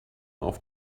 auf